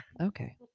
okay